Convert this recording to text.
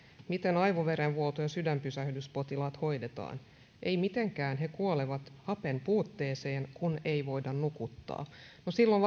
miten aivoverenvuoto ja sydänpysähdyspotilaat hoidetaan ei mitenkään he kuolevat hapenpuutteeseen kun ei voida nukuttaa no silloin